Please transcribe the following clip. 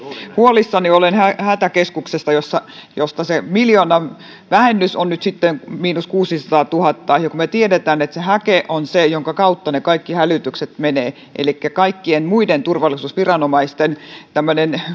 huolissani olen hätäkeskuksesta josta se miljoonan vähennys on nyt sitten miinus kuusisataatuhatta kun me tiedämme että häke on se jonka kautta kaikki hälytykset menevät elikkä kaikkien muiden turvallisuusviranomaisten